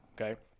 okay